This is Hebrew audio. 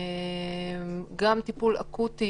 אבל גם טיפול אקוטי